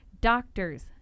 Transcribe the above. doctors